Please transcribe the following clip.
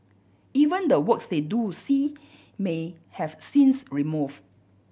even the works they do see may have scenes removed